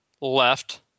left